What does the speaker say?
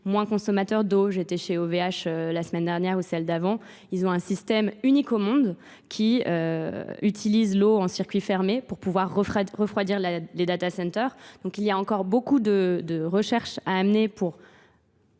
moins consommateurs d'eau. J'étais chez OVH la semaine dernière ou celle d'avant. Ils ont un système unique au monde qui utilise l'eau en circuit fermé pour pouvoir refroidir les data centers. Donc il y a encore beaucoup de recherche à amener pour